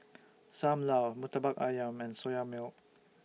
SAM Lau Murtabak Ayam and Soya Milk